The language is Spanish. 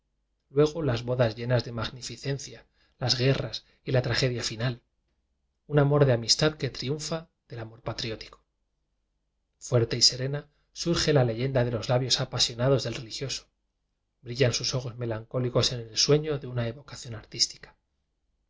luego las bodas llenas de magnificencia las guerras y la tragedia final un amor de amistad que triunfa del amor patriótico fuerte y serena surge ia leyenda de los labios apasionados del reli gioso brillan sus ojos melancólicos en el ensueño de una evocación artística